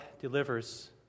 delivers